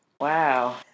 wow